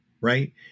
right